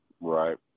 Right